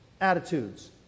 attitudes